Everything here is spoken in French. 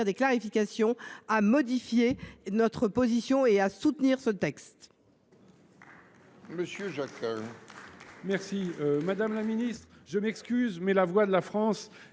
des clarifications, à modifier notre position et à soutenir ce texte.